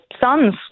sons